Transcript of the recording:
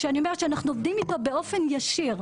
שאני אומרת שאנחנו עובדים אתו באופן ישיר,